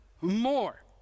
more